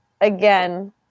again